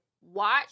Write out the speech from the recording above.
watch